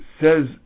says